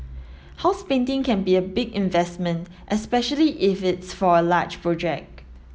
house painting can be a big investment especially if it's for a large project